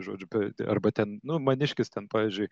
žodžiu arba ten nu maniškis ten pavyzdžiui